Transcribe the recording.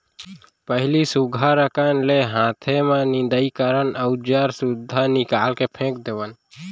पहिली सुग्घर अकन ले हाते म निंदई करन अउ जर सुद्धा निकाल के फेक देवन